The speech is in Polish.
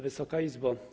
Wysoka Izbo!